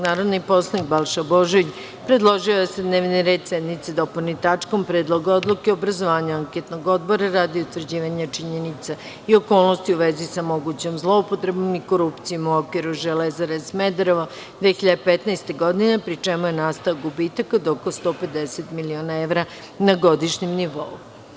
Narodni poslanik Balša Božović predložio je da se dnevni red sednice dopuni tačkom – Predlog odluke o obrazovanju anketnog odbora radi utvrđivanja činjenica i okolnosti u vezi sa mogućom zloupotrebom i korupcijom u okviru Železare Smederevo 2015. godine, pri čemu je nastao gubitak od oko 150 miliona evra na godišnjem nivou.